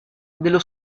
dello